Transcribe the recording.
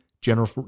general